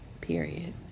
period